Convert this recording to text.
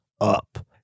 up